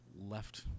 Left